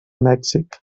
mèxic